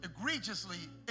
egregiously